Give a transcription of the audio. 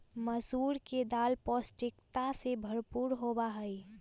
मसूर के दाल पौष्टिकता से भरपूर होबा हई